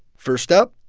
first up,